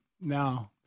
No